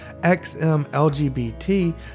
XMLGBT